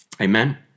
Amen